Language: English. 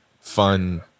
fun